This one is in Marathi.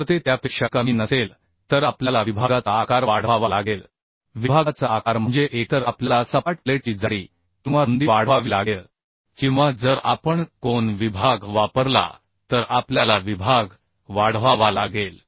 जर ते त्यापेक्षा कमी नसेल तर आपल्याला विभागाचा आकार वाढवावा लागेल विभागाचा आकार म्हणजे एकतर आपल्याला सपाट प्लेटची जाडी किंवा रुंदी वाढवावी लागेल किंवा जर आपण कोन विभाग वापरला तर आपल्याला विभाग वाढवावा लागेल